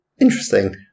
interesting